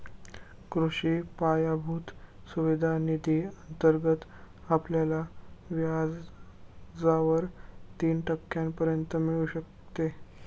कृषी पायाभूत सुविधा निधी अंतर्गत आपल्याला व्याजावर तीन टक्क्यांपर्यंत मिळू शकते